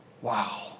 Wow